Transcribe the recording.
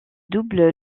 double